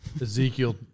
Ezekiel